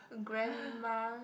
grandma